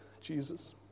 Jesus